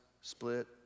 split